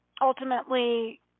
ultimately